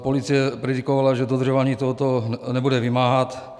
Policie predikovala, že dodržování tohoto nebude vymáhat.